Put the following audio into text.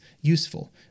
useful